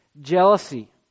jealousy